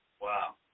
Wow